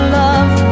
love